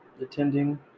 attending